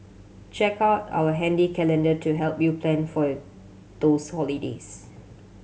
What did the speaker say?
check out our handy calendar to help you plan for those holidays